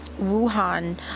Wuhan